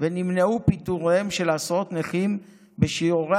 ונמנעו פיטוריהם של עשרות נכים בשיעורי